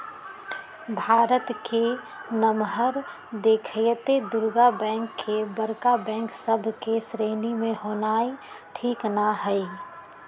भारत के नमहर देखइते दुगो बैंक के बड़का बैंक सभ के श्रेणी में होनाइ ठीक न हइ